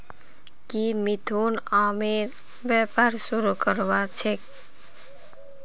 की मिथुन आमेर व्यापार शुरू करवार छेक